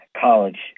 college